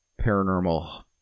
paranormal